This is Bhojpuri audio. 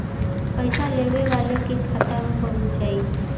पइसा लेवे वाले के खाता मे पहुँच जाई